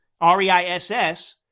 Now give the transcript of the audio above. R-E-I-S-S